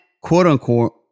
quote-unquote